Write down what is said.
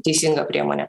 teisinga priemonė